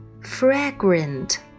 Fragrant